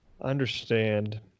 understand